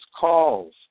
calls